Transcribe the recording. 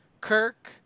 Kirk